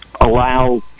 allow